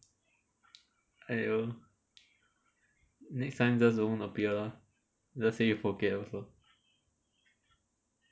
!aiyo! next time just don't appear lah just say you forget also